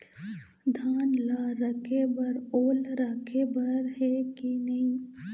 धान ला रखे बर ओल राखे बर हे कि नई?